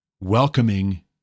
welcoming